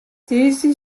tiisdei